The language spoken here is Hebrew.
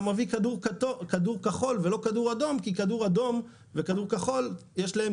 מביא כדור כחול ולא כדור אדום כי כדור אדום וכדור כחול יש להם